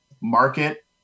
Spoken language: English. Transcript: market